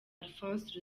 alphonse